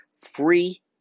free